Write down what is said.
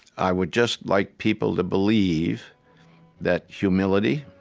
i would just like people to believe that humility,